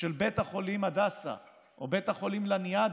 של בית החולים הדסה או בית החולים לניאדו,